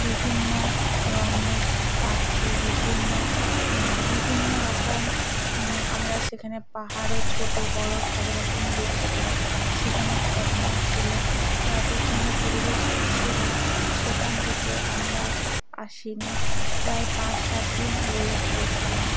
বিভিন্ন রঙের পাখি বিভিন্ন বিভিন্ন রকম আমরা সেখানে পাহাড়ও ছোটো বড়ো সব রকমই দেখতে পাই সেখানে ঝর্ণাও ছিল তো এত সুন্দর পরিবেশটা ছিল সেখান থেকে আমরা আসি নি প্রায় পাঁচ সাত দিন রয়ে গিয়েছিলাম